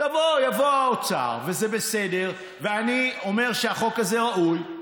יבוא האוצר, וזה בסדר, ואני אומר שהחוק הזה ראוי,